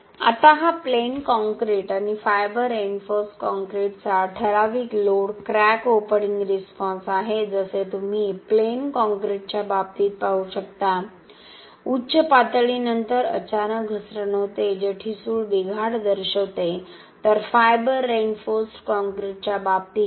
आता हा प्लेन कॉंक्रिट आणि फायबर रिइन्फोर्स्ड कॉंक्रिटचा ठराविक लोड क्रॅक ओपनिंग रिस्पॉन्स आहे जसे तुम्ही प्लेन कॉंक्रिटच्या बाबतीत पाहू शकता उच्च पातळीनंतर अचानक घसरण होते जे ठिसूळ बिघाड दर्शवते तर फायबर रिइन्फोर्स्ड काँक्रीटच्या बाबतीत